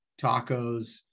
tacos